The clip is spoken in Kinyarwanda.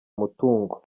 umutungo